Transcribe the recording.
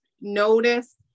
notice